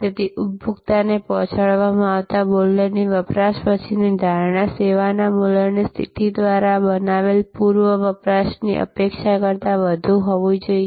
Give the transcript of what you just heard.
તેથી ઉપભોક્તાને પહોંચાડવામાં આવતા મૂલ્યની વપરાશ પછીની ધારણા સેવાના મૂલ્યની સ્થિતિ દ્વારા બનાવેલ પૂર્વ વપરાશની અપેક્ષા કરતાં વધુ હોવી જોઈએ